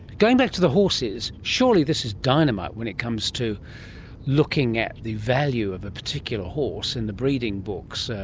going back to the horses, surely this is dynamite when it comes to looking at the value of a particular horse in the breeding books.